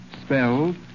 spelled